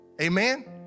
amen